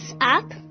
up